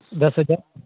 दस हजार